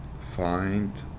find